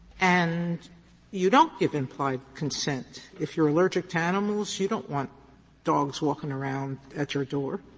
and you don't give implied consent. if you're allergic to animals, you don't want dogs walking around at your door.